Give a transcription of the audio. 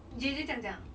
jay jay 这样讲